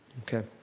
okay,